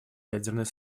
ядерной